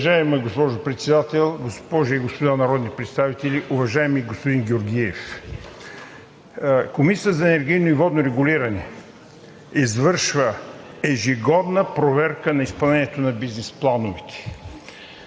Уважаема госпожо Председател, госпожи и господа народни представители! Уважаеми господин Георгиев, Комисията за енергийно и водно регулиране извършва ежегодна проверка на изпълнението на бизнес плановете.